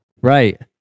Right